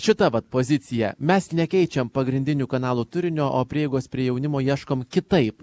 šita vat pozicija mes nekeičiam pagrindinių kanalų turinio o prieigos prie jaunimo ieškom kitaip